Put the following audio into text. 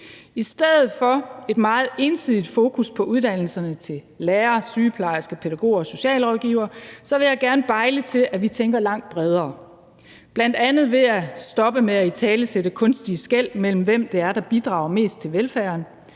I stedet for et meget ensidigt fokus på uddannelserne til lærer, sygeplejerske, pædagog og socialrådgiver vil jeg gerne opfordre til, at vi tænker langt bredere, bl.a. ved at stoppe med at italesætte kunstige skel, mellem hvem det er, der bidrager mest til velfærden.